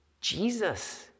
Jesus